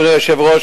1. כבוד היושב-ראש,